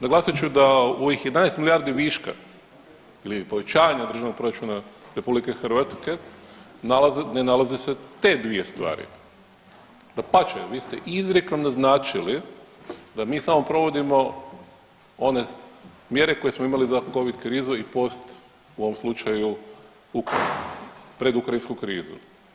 Naglasit ću da u ovih 11 milijardi viška ili povećanja državnog proračuna RH ne nalaze se te dvije stvari, dapače, vi ste izrijekom naznačili da mi samo provodimo one mjere koje smo imali za covid krizu i post u ovom slučaju … pred ukrajinsku krizu.